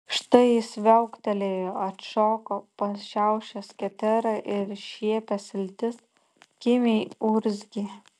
štai jis viauktelėjo atšoko pa šiaušęs keterą ir iššiepęs iltis kimiai urzgė